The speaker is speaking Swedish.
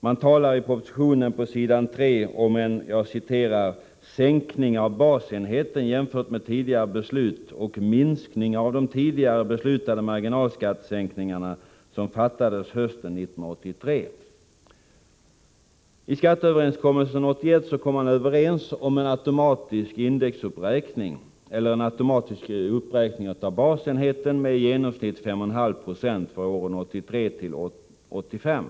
Man talar i propositionen på s. 3 om ”det beslut om sänkning av basenheten jämfört med tidigare beslut och minskning av de tidigare beslutade marginalskattesänkningarna som fattades hösten 1983”. I skatteöverenskommelsen 1981 kom man överens om en automatisk uppräkning av basenheten med i genomsnitt 5,5 90 för åren 1983-1985.